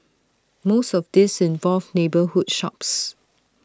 most of these involved neighbourhood shops